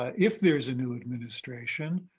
ah if there is a new administration,